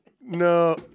No